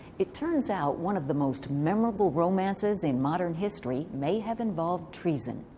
it turns out one of the most memorable romances in modern history may have involved treason.